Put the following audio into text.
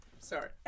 Sorry